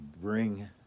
bring